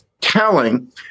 telling